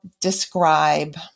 describe